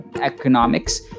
economics